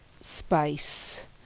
space